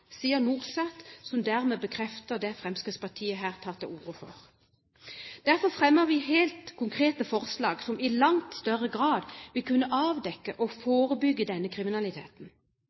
som dermed bekrefter det Fremskrittspartiet her tar til orde for. Derfor fremmer vi helt konkrete forslag som i langt større grad vil kunne avdekke og forebygge denne kriminaliteten.